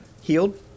healed